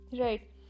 right